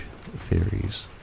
theories